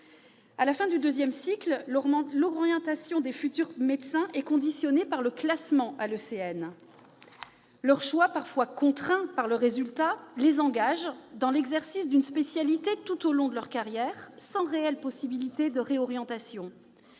À la fin du deuxième cycle, l'orientation des futurs médecins est conditionnée par le classement aux ECN. Leur choix, parfois contraint par ce résultat, les engage dans l'exercice d'une spécialité tout au long de leur carrière, sans réelles possibilités de réorientation.